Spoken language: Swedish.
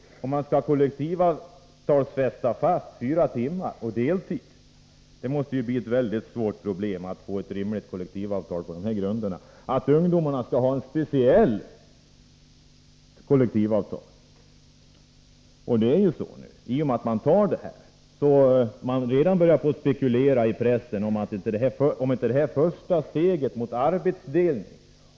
Det måste bli mycket svårt att få till stånd ett rimligt kollektivavtal som gäller för en deltid på fyra timmar. I och med att man accepterar detta förslag skall ungdomarna ha ett speciellt kollektivavtal. Pressen har redan börjat spekulera i att detta är det första steget mot arbetsdelning.